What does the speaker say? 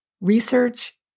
Research